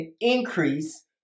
increase